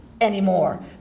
anymore